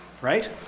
right